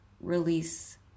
release